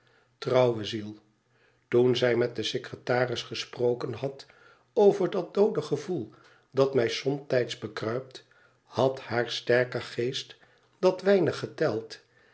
trouwe ziel toen zij met den secretaris gesproken had over dat doode gevoel dat mij somtijds bekruipt had haar sterke geest dat weinig geteld